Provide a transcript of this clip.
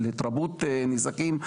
של התרבות נזקים,